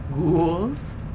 Ghouls